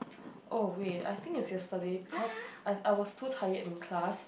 oh wait I think it's yesterday because I was too tired in class